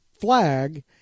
flag